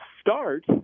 start